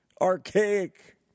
archaic